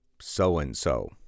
so-and-so